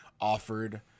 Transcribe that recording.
offered –